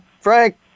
Frank